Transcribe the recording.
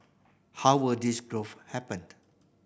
how will this growth happened